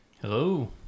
Hello